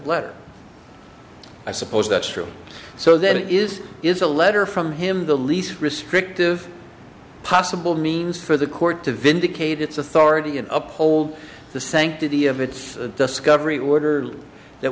letter i suppose that's true so that it is is a letter from him the least restrictive possible means for the court to vindicate its authority and uphold the sanctity of its discovery order that